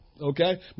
Okay